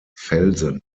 felsen